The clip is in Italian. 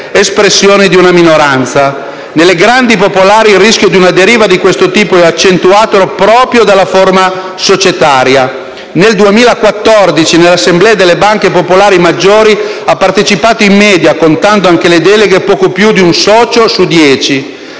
espressione di una minoranza. Nelle grandi popolari il rischio di una deriva di questo tipo è accentuato proprio dalla forma societaria. Nel 2014 alle assemblee delle banche popolari maggiori ha partecipato in media, contando anche le deleghe, poco più di un socio su dieci.